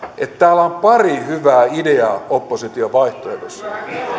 että täällä on pari hyvää ideaa opposition vaihtoehdoissa